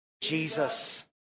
Jesus